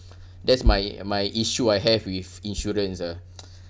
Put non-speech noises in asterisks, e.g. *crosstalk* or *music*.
that's my my issue I have with insurance ah *noise*